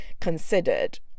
considered